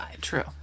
True